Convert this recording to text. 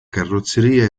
carrozzeria